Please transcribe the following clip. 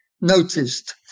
noticed